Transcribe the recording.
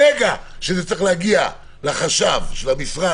ברגע שזה צריך להגיע לחשב של משרד